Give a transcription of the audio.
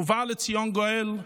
ובא לציון גואל.